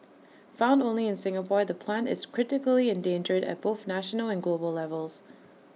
found only in Singapore the plant is critically endangered at both national and global levels